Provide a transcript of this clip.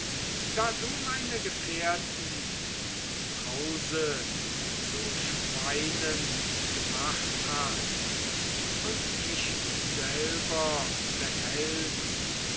da du meine gefährten im hause zu schweinen gemacht hast und mich selber behältst